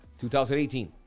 2018